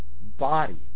body